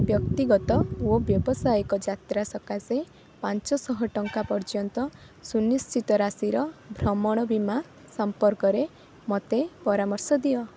ବ୍ୟକ୍ତିଗତ ଓ ବ୍ୟାବସାୟିକ ଯାତ୍ରା ସକାଶେ ପାଞ୍ଚଶହ ଟଙ୍କା ପର୍ଯ୍ୟନ୍ତ ସୁନିଶ୍ଚିତ ରାଶିର ଭ୍ରମଣ ବୀମା ସମ୍ପର୍କରେ ମୋତେ ପରାମର୍ଶ ଦିଅ